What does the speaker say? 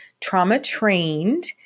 trauma-trained